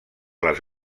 les